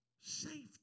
safety